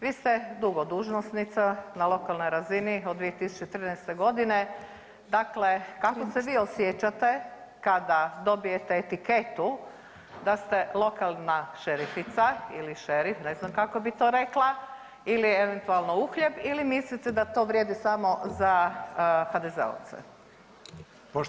Vi ste dugo dužnosnica na lokalnoj razini od 2013.g. dakle kako se vi osjećate kada dobijete etiketu da ste lokalna šerifica ili šerif ne znam kako bi to rekla ili eventualno uhljeb ili mislite da to vrijedi samo za HDZ-ovce?